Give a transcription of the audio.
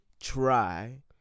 try